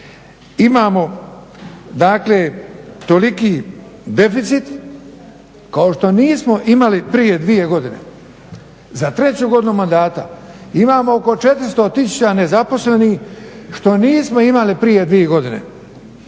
dakle toliki deficit kao što nismo imali prije dvije godine. Za treću godinu mandata imamo oko 400 tisuća nezaposlenih što nismo imali prije dvije godine.